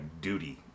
duty